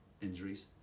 injuries